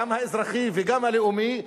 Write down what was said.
גם האזרחי וגם הלאומי,